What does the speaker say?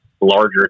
larger